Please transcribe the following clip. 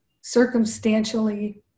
circumstantially